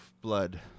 blood